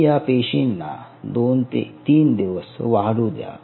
तुम्ही या पेशींना दोन ते तीन दिवस वाढू द्या